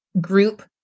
group